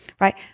Right